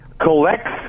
collects